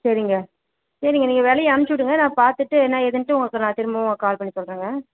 சரிங்க சரிங்க நீங்கள் விலைய அனுப்பிச்சி விடுங்க நான் பார்த்துட்டு என்ன ஏதுன்ட்டு உங்களுக்கு நான் திரும்பவும் கால் பண்ணி சொல்கிறேங்க